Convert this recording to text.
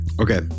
Okay